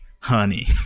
honey